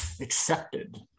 accepted